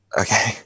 Okay